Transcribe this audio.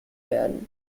werden